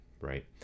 right